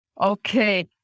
Okay